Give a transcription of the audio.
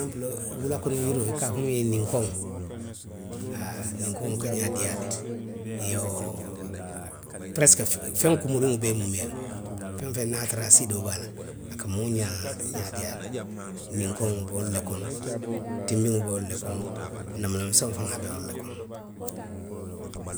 wula kono yiroo i ka a fo miŋ ye ninkoŋo, haa, ninkoŋo ka ňaa diiyaa le iyoo, aki, peresko, feŋ kumuriŋolu bee muumee loŋ. feŋ woo feŋ niŋ a ye a tara asiidoo be a la, a ka moo ňaa, xňa diiyaa le.; ninkoŋo be wolu le kono, tinbiŋo be wolu le kono. neemuna meseŋo fanaŋ be wolu le kono,.